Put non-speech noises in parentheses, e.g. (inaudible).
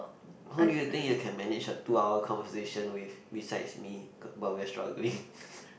who do you think you can manage a two hour conversation with besides me but we're struggling (breath)